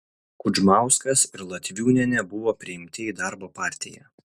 kudžmauskas ir latviūnienė buvo priimti į darbo partiją